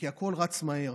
כי הכול רץ מהר,